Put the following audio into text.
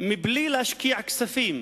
בלי להשקיע כספים.